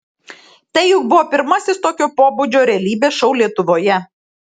tai juk buvo pirmasis tokio pobūdžio realybės šou lietuvoje